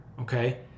okay